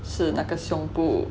是那个胸部